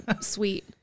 sweet